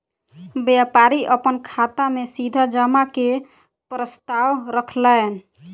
व्यापारी अपन खाता में सीधा जमा के प्रस्ताव रखलैन